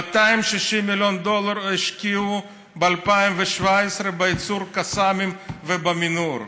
260 מיליון דולר השקיעו ב-2017 בייצור קסאמים ובמנהור,